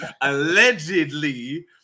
allegedly